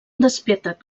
despietat